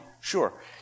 sure